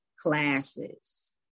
Classes